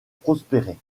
prospérer